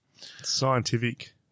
Scientific